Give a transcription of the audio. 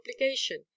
obligation